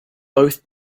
both